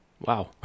Wow